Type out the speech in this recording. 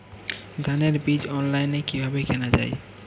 ধানের বীজ অনলাইনে কিভাবে কেনা যায়?